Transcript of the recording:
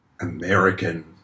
American